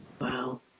Wow